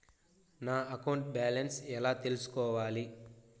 నా account balance ఎలా తెల్సుకోవాలి